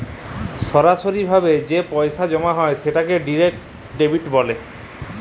সরাসরি যে পইসা জমা হ্যয় সেট ডিরেক্ট ডেবিট